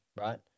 right